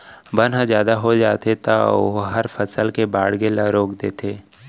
बन ह जादा हो जाथे त ओहर फसल के बाड़गे ल रोक देथे